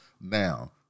Now